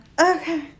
Okay